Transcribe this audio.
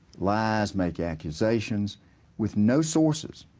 lies, make accusations with no sources,